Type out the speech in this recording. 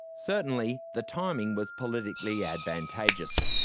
certainly the timing was politically advantageous.